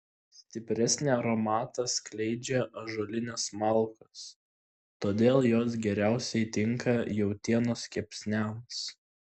stipresnį aromatą skleidžia ąžuolinės malkos todėl jos geriausiai tinka jautienos kepsniams